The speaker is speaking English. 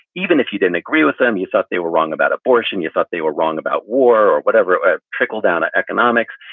even if you didn't agree with them. you thought they were wrong about abortion. you thought they were wrong about war or whatever. trickle down ah economics.